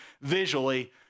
visually